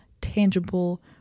tangible